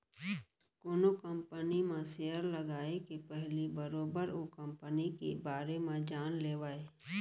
कोनो कंपनी म सेयर लगाए के पहिली बरोबर ओ कंपनी के बारे म जान लेवय